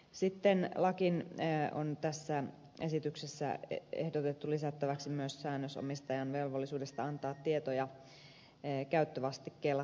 sitten lakiin on tässä esityksessä ehdotettu lisättäväksi myös säännös omistajan velvollisuudesta antaa tietoja käyttövastikkeella katettavista menoista